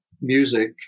music